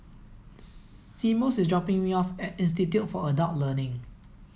Seamus is dropping me off at Institute for Adult Learning